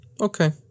Okay